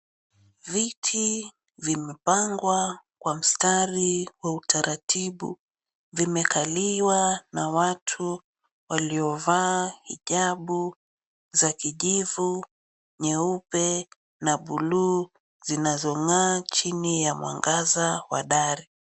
Viti vimepangwa kwa mstari wa utaratibu vimekaliwa na watu waliovaa hijabu za kijivu, nyeupe na buluu zinazong'aa chini ya mwangaza wa dari.